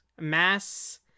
mass